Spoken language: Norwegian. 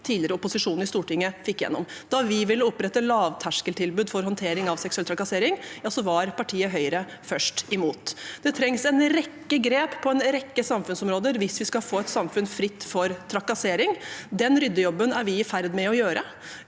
tidligere opposisjonen i Stortinget fikk igjennom. Da vi ville opprette lavterskeltilbud for håndtering av seksuell trakassering, var partiet Høyre først imot. Det trengs en rekke grep på en rekke samfunnsområder hvis vi skal få et samfunn fritt for trakassering. Den ryddejobben er vi i ferd med å gjøre